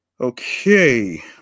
Okay